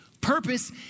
Purpose